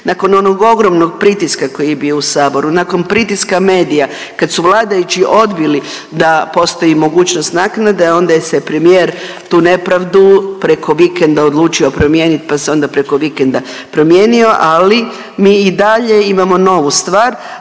Nakon onog ogromnog pritiska koji je bio u Saboru, nakon pritiska medija pritiska medija kad su vladajući odbili da postoji mogućnost naknade onda je se premijer tu nepravdu preko vikenda odlučio promijenit pa se onda preko vikenda promijenio ali mi i dalje imamo novu stvar.